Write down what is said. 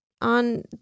on